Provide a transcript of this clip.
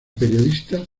periodística